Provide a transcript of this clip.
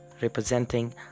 representing